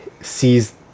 sees